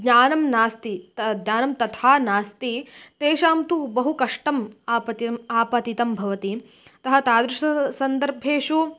ज्ञानं नास्ति तत् दानं तथा नास्ति तेषां तु बहु कष्टम् आपतितं आपतितं भवति अतः तादृश सन्दर्भेषु